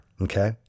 okay